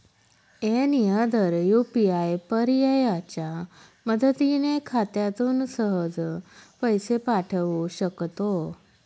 any other UPI पर्यायाच्या मदतीने खात्यातून सहज पैसे पाठवू शकतो